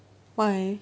why